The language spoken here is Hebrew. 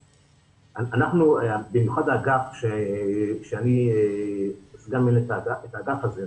במיוחד האגף שאני סגן מנהל האגף הזה,